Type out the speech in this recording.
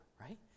right